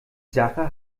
sache